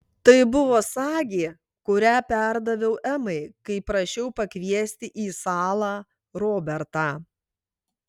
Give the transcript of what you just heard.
tai buvo sagė kurią perdaviau emai kai prašiau pakviesti į salą robertą